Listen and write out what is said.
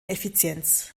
effizienz